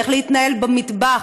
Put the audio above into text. איך להתנהל במטבח?